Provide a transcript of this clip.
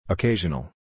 Occasional